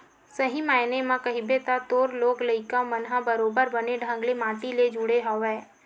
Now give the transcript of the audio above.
सही मायने म कहिबे त तोर लोग लइका मन ह बरोबर बने ढंग ले माटी ले जुड़े हवय